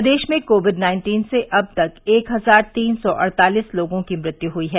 प्रदेश में covid nineteen से अब तक एक हजार तीन सौ अड़तालीस लोगों की मृत्यु हुई है